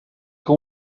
que